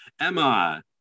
Emma